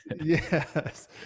Yes